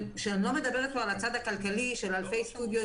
אני כבר לא מדברת על הצד הכלכלי של אלפי סטודיואים